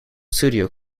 studio